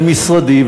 למשרדי,